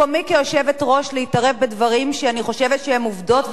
מקומי כיושבת-ראש להתערב בדברים שאני חושבת שהם עובדות,